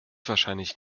wahrscheinlich